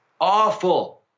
awful